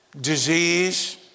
disease